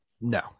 no